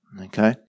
Okay